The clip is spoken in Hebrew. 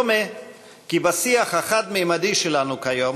דומה כי בשיח החד-ממדי שלנו כיום